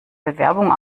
bewerbung